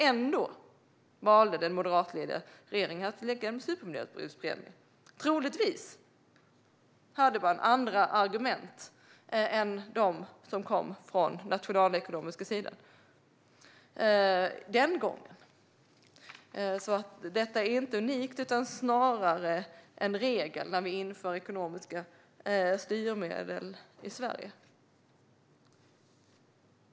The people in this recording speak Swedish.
Ändå valde den moderatledda regeringen att lägga fram en supermiljöbilspremie. Troligtvis hade man andra argument än de som kom från den nationalekonomiska sidan den gången. Detta är alltså inte unikt utan snarare en regel när vi inför ekonomiska styrmedel i Sverige.